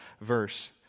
verse